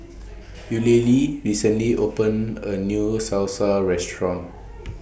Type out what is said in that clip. Eulalie recently opened A New Salsa Restaurant